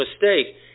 mistake